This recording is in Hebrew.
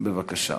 בבקשה.